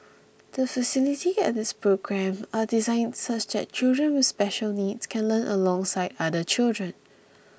the facility and its program designed such that children with special needs can learn alongside other children